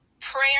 prayer